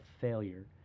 failure